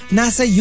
nasa